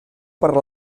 per